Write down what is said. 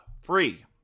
free